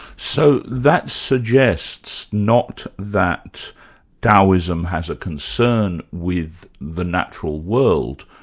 so, that suggests not that daoism has a concern with the natural world,